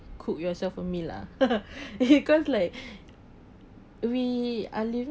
cook yourself for me lah because like we I living